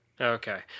Okay